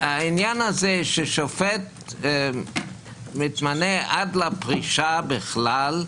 שהעניין הזה ששופט מתמנה עד לפרישה בכלל,